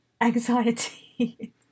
anxiety